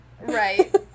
Right